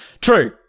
True